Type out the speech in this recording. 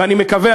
ואני מקווה,